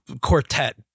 quartet